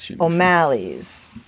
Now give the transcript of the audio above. O'Malley's –